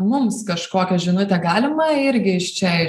mums kažkokią žinutę galima irgi iš čia